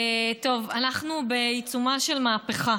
אנחנו בעיצומה של מהפכה.